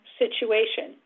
situation